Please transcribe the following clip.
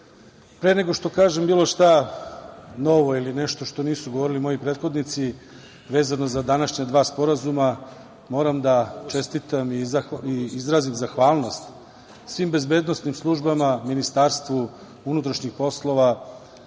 pre nego što kažem bilo šta novo ili nešto što nisu govorili moji prethodnici vezano za današnja dva sporazuma, moram da čestitam i izrazim zahvalnost svim bezbednosnim službama, Ministarstvu unutrašnjih poslova,